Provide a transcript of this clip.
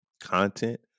content